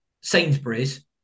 Sainsbury's